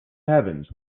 heavens